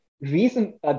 reason